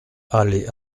allée